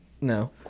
No